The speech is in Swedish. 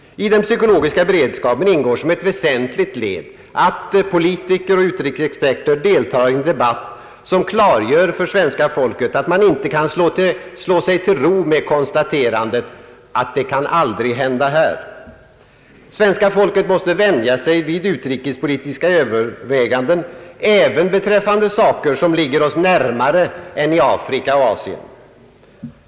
I den beredskapen ingår som ett väsentligt led att politiker och utrikesexperter deltar i en debatt som klargör för svenska folket att vi inte kan slå oss till ro med konstaterandet att »det kan aldrig hända här». Svenska folket måste vänja sig vid utrikespolitiska överväganden även beträffande länder som ligger oss närmare än Afrika och Asien.